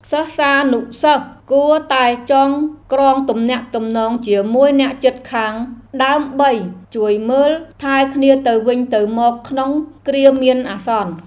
សិស្សានុសិស្សគួរតែចងក្រងទំនាក់ទំនងជាមួយអ្នកជិតខាង ដើម្បីជួយមើលថែគ្នាទៅវិញទៅមកក្នុងគ្រាមានអាសន្ន។